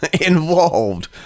involved